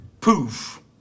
Poof